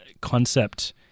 concept